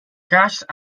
kaarsjes